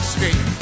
Street